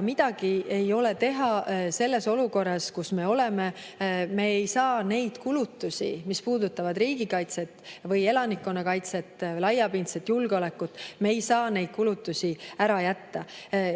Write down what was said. Midagi ei ole teha selles olukorras, kus me oleme. Me ei saa neid kulutusi, mis puudutavad riigikaitset või elanikkonnakaitset, laiapindset julgeolekut, ära jätta, eriti